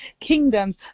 Kingdoms